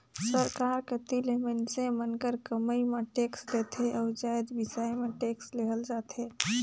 सरकार कती ले मइनसे मन कर कमई म टेक्स लेथे अउ जाएत बिसाए में टेक्स लेहल जाथे